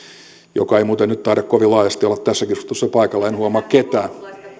joka ei muuten nyt taida kovin laajasti olla tässä keskustelussa paikalla en huomaa ketään